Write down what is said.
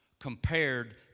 compared